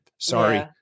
Sorry